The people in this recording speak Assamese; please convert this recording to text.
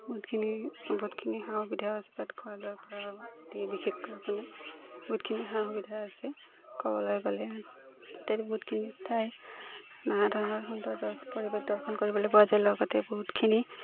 বহুতখিনি বহুতখিনি সা সুবিধা আছে তাত খোৱা লোৱাৰ পৰা বিশেষকৈ আপোনাৰ বহুতখিনি সা সুবিধা আছে ক'বলৈ গ'লে তাত বহুতখিনি ঠাই নানা ধৰণৰ সৌন্দৰ্যত পৰিৱেশ দৰ্শন কৰিবলৈ পোৱা যায় লগতে বহুতখিনি